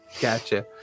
Gotcha